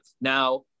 Now